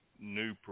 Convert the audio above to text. new